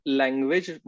language